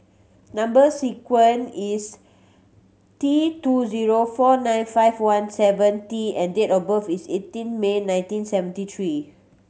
number sequence is T two zero four nine five one seven T and date of birth is eighteen May nineteen seventy three